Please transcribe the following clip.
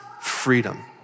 freedom